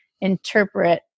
interpret